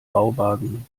bauwagen